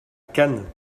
cannes